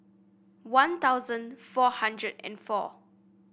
One Thousand four hundred and four